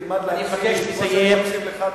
הקשבתי לך,